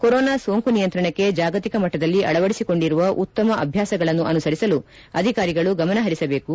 corona ಸೋಂಕು ನಿಯಂತ್ರಣಕ್ಕೆ ಜಾಗತಿಕ ಮಟ್ಲದಲ್ಲಿ ಅಳವಡಿಸಿಕೊಂಡಿರುವ ಉತ್ತಮ ಅಭ್ಯಾಸಗಳನ್ನು ಅನುಸರಿಸಲು ಅಧಿಕಾರಿಗಳು ಗಮನ ಹರಿಸಬೇಕು